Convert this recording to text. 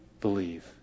believe